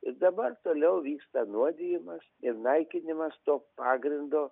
ir dabar toliau vyksta nuodijimas ir naikinimas to pagrindo